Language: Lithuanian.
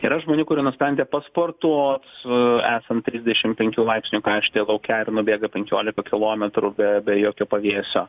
yra žmonių kurie nusprendė pasportuot esant trisdešim penkių laipsnių karštyje lauke ir nubėga penkioliką kilometrų be be jokio pavėsio